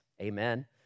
amen